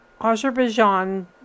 Azerbaijan